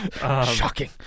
Shocking